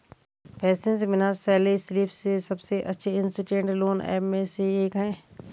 PaySense बिना salary slip के सबसे अच्छे इंस्टेंट लोन ऐप में से एक है